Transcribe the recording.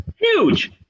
Huge